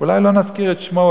אולי לא נזכיר את שמו.